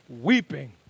weeping